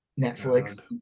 Netflix